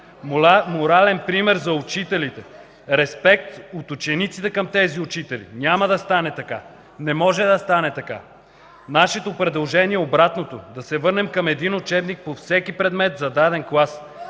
Морален пример за учителите, респект от учениците към тези учители – няма да стане така! Не може да стане така! Нашето предложение е обратното – да се върнем към един учебник по всеки предмет за даден клас.